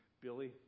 Billy